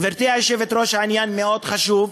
גברתי היושבת-ראש, העניין מאוד חשוב,